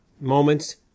moments